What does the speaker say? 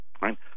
right